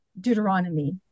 deuteronomy